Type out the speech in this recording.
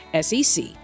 SEC